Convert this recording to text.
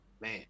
Man